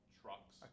trucks